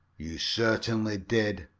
you certainly did,